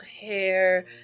hair